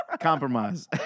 compromise